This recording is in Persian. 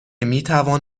میتوان